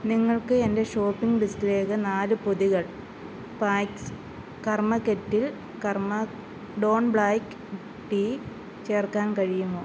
നിങ്ങൾക്ക് എന്റെ ഷോപ്പിംഗ് ലിസ്റ്റിലേക്ക് നാല് പൊതികൾ packs karma kettle karma don black tea ചേർക്കാൻ കഴിയുമോ